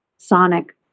sonic